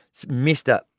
Mr